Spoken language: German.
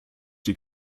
die